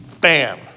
bam